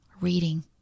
reading